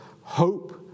hope